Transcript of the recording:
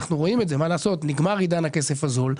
מה לעשות, נגמר עידן הכסף הזול.